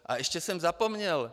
A ještě jsem zapomněl.